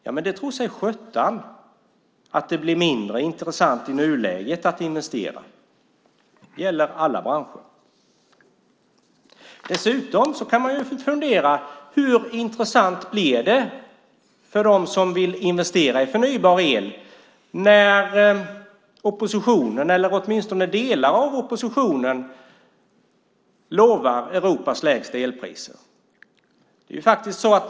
Ja, tacka sjutton för att det i nuläget blir mindre intressant att investera! Det gäller alla branscher. Dessutom kan man fundera på hur intressant det blir för dem som vill investera i förnybar el när oppositionen, åtminstone delar av den, lovar Europas lägsta elpriser.